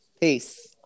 Peace